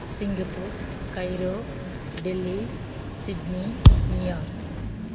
Singapore Cairo Delhi Sydney New York